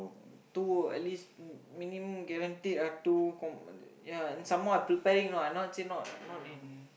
two at least minimum guaranteed ah two com~ ya some more I preparing know I not say not not in